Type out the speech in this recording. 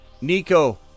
Nico